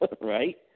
Right